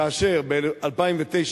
כאשר ב-2009,